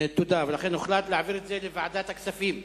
לכן, הוחלט להעביר את הנושא לוועדת הכספים.